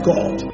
God